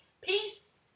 Peace